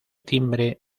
timbre